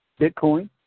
Bitcoin